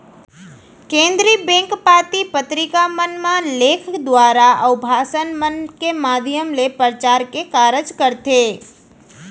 केनदरी bank पाती पतरिका मन म लेख दुवारा, अउ भासन मन के माधियम ले परचार के कारज करथे